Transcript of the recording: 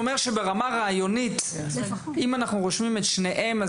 הוא אומר שברמה רעיונית אם אנחנו רושמים את שניהם,